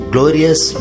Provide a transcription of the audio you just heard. Glorious